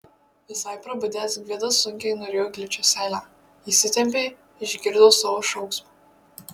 visai prabudęs gvidas sunkiai nurijo gličią seilę įsitempė išgirdo savo šauksmą